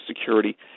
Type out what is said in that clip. security